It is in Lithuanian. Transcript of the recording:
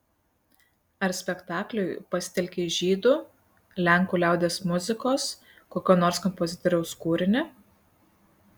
ar spektakliui pasitelkei žydų lenkų liaudies muzikos kokio nors kompozitoriaus kūrinį